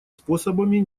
способами